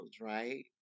right